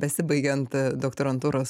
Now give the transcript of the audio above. besibaigiant doktorantūros